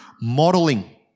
modeling